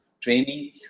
training